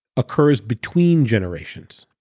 occurs between generations,